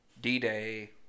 D-Day